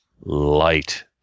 light